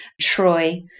Troy